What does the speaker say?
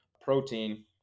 Protein